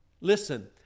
listen